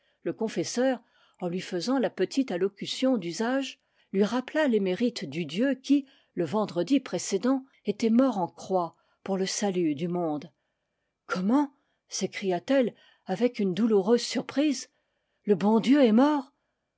le confesseur en lui faisant la petite allocution d'usage lui rappela les mérites du dieu qui le vendredi précédent était mort en croix pour le salut du monde comment s'écria-t-elle avec une douloureuse surprise le bon dieu est mort